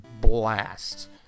blast